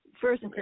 First